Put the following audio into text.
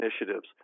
initiatives